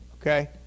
Okay